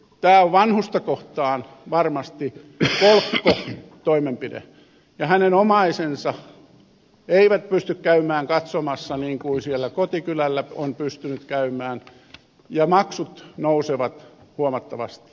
tämä on vanhusta kohtaan varmasti kolkko toimenpide ja hänen omaisensa eivät pysty käymään katsomassa niin kuin siellä kotikylällä on pystynyt käymään ja maksut nousevat huomattavasti